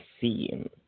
scene